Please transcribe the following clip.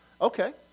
okay